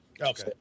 Okay